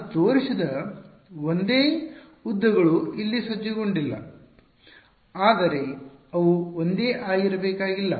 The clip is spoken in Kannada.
ನಾನು ತೋರಿಸಿದ ಒಂದೇ ಉದ್ದಗಳು ಇಲ್ಲಿ ಸಜ್ಜುಗೊಂಡಿಲ್ಲ ಆದರೆ ಅವು ಒಂದೇ ಆಗಿರಬೇಕಾಗಿಲ್ಲ